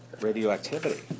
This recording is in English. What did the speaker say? radioactivity